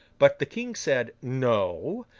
but the king said no!